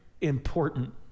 important